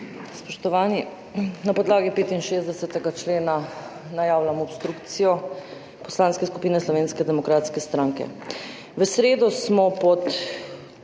Spoštovani! Na podlagi 65. člena najavljamo obstrukcijo Poslanske skupine Slovenske demokratske stranke. V sredo smo pod